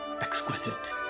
exquisite